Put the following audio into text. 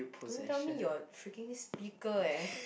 don't tell me your freaking speaker eh